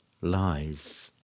lies